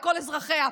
לכל אזרחיה,